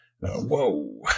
Whoa